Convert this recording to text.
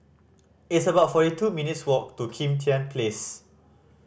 it's about forty two minutes' walk to Kim Tian Place